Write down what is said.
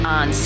on